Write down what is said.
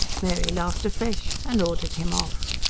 mary laughed afresh, and ordered him off.